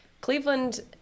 Cleveland